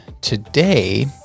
today